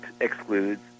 excludes